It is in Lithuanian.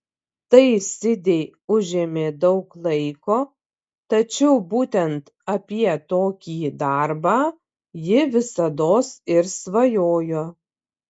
tai sidei užėmė daug laiko tačiau būtent apie tokį darbą ji visados ir svajojo